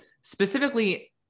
specifically